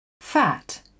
Fat